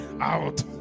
out